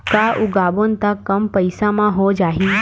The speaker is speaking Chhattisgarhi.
का उगाबोन त कम पईसा म हो जाही?